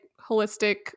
holistic